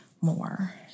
more